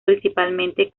principalmente